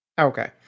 Okay